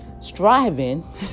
striving